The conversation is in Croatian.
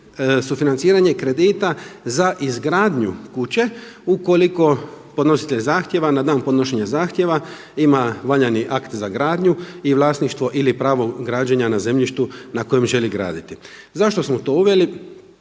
sufinanciranje kredita za izgradnju kuće ukoliko podnositelj zahtjeva, na dan podnošenja zahtjeva ima valjani akt za gradnju i vlasništvo ili pravo građena na zemljištu na kojem želi graditi. Zašto smo to uveli?